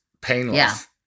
painless